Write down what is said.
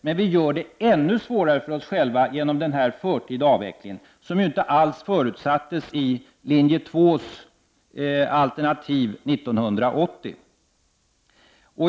Men vi gör det ännu svårare för oss själva genom den förtida avvecklingen, som ju inte alls förutsattes i linje 2 år 1980.